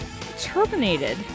Terminated